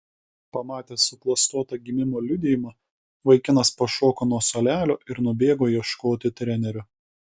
pamatęs suklastotą gimimo liudijimą vaikinas pašoko nuo suolelio ir nubėgo ieškoti trenerio